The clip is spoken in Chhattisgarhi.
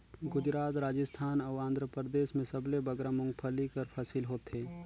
गुजरात, राजिस्थान अउ आंध्रपरदेस में सबले बगरा मूंगफल्ली कर फसिल होथे